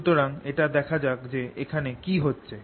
সুতরাং এটা দেখা যাক যে এখানে কি হচ্ছে